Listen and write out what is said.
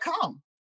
come